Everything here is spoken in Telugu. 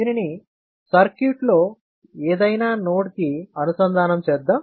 దీనిని సర్క్యూట్లో ఏదైనా నోడ్ కి అనుసంధానం చేద్దాం